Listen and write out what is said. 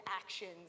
actions